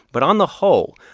but on the whole,